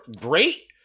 great